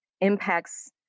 impacts